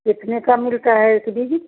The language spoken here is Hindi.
कितने का मिलता है एक बीज